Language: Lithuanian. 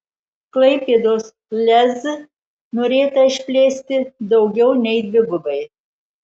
klaipėdos lez norėta išplėsti daugiau nei dvigubai